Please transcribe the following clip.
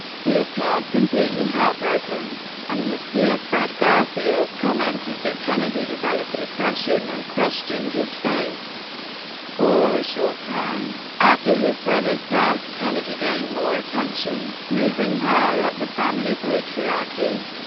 he appeared completely heartbroken and his peer fred garfield commented that kennedy developed depression and questioned his faith for a short time. after his brother's death, kennedy gained more attention, moving higher up the family patriarchy.